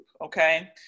Okay